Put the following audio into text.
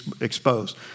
exposed